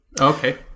Okay